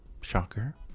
Shocker